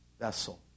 vessel